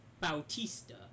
Bautista